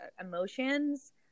emotions